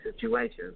situation